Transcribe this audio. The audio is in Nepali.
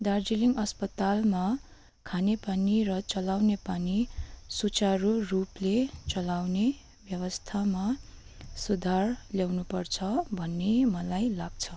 दार्जिलिङ अस्पतालमा खाने पानी र चलाउने पानी सुचारू रूपले चलाउने व्यवस्थामा सुधार ल्याउनु पर्छ भन्ने मलाई लाग्छ